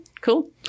cool